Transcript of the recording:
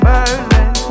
Berlin